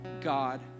God